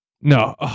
No